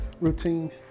routine